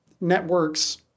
networks